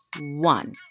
one